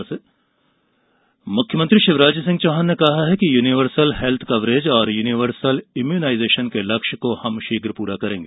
webinar मुख्यमंत्री शिवराज सिंह चौहान ने कहा है कि यूनिवर्सल हेत्थ कवरेज और यूनिवर्सल इम्यूनाईजेशन के लक्ष्य को शीघ्र पूरा करेंगे